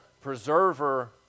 preserver